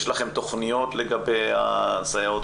יש לכם תוכניות לגבי הסייעות?